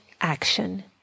action